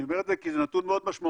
אני אומר את זה כי זה נתון מאוד משמעותי,